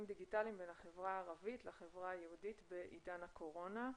דיגיטליים בין החברה הערבית לחברה היהודית בעידן הקורונה.